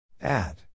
Add